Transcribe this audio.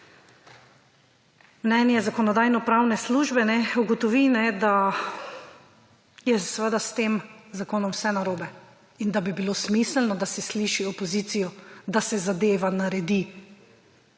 mnenje Zakonodajno-pravne službe, ugotovi, da je seveda s tem zakonom vse narobe in da bi bilo smiselno, da se sliši opozicijo, da se zadeva naredi